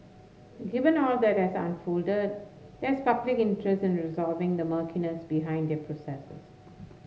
given all that has unfolded there is public interest in resolving the murkiness behind their processes